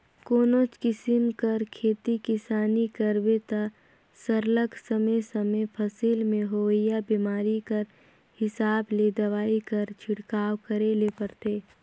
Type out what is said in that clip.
कोनोच किसिम कर खेती किसानी करबे ता सरलग समे समे फसिल में होवइया बेमारी कर हिसाब ले दवई कर छिड़काव करे ले परथे